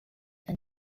and